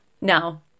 Now